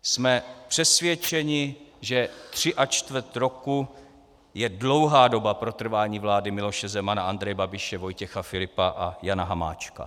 Jsme přesvědčeni, že tři a čtvrt roku je dlouhá doba pro trvání vlády Miloše Zemana, Andreje Babiše, Vojtěcha Filipa a Jana Hamáčka.